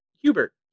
Hubert